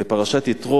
בפרשת יתרו,